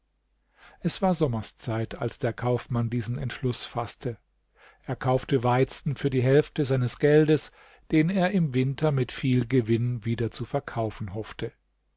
es war sommerszeit als der kaufmann diesen entschluß faßte er kaufte weizen für die hälfte seines geldes den er im winter mit vielem gewinn wieder zu verkaufen hoffte